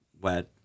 wet